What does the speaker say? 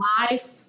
life